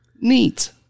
Neat